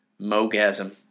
Mogasm